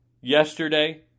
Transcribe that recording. Yesterday